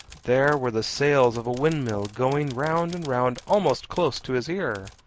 there were the sails of a windmill going round and round almost close to his ear.